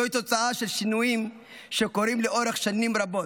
זוהי תוצאה של שינויים שקורים לאורך שנים רבות,